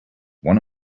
one